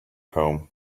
home